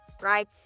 right